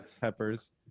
peppers